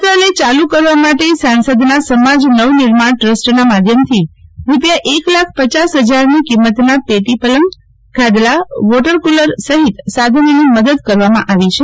છાત્રાલય ચાલુ કરવા માટે સાંસદનાં સમાજ નવનિર્માણ ટ્રસ્ટ માધ્યમ થી રૂપિયા એક લાખ પચાસ ફજાર ની કિમતનાં પેટી પલંગગાદલાવોટરકુલરસફીત સાધનોની મદદ કરવામાં આવી છે